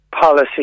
policy